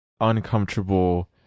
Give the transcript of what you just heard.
uncomfortable